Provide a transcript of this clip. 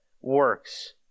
works